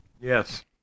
Yes